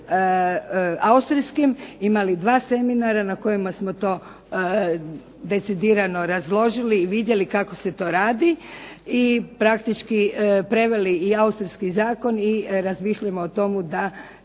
imali dva seminara na kojima smo to decidirano razložili i vidjeli kako se to radi i praktički preveli i austrijski zakon i razmišljamo o tome da